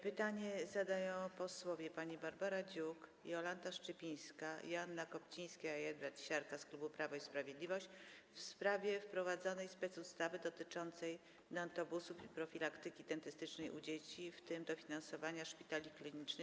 Pytanie zadają posłowie Barbara Dziuk, Jolanta Szczypińska, Joanna Kopcińska i Edward Siarka z klubu Prawo i Sprawiedliwość w sprawie wprowadzonej specustawy dotyczącej dentobusów i profilaktyki dentystycznej u dzieci, w tym dofinansowania szpitali klinicznych.